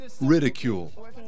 ridicule